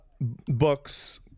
books